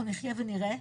אנחנו נחיה ונראה.